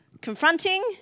Confronting